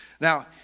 Now